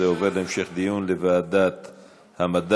זה עובר להמשך דיון בוועדת המדע.